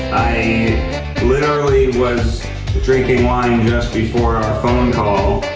i literally was drinking wine just before our phone call.